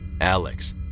Alex